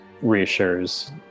reassures